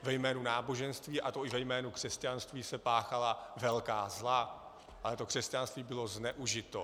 Ve jménu náboženství, a to i ve jménu křesťanství, se páchala velká zla, ale to křesťanství bylo zneužito.